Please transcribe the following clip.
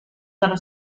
dallo